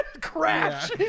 crash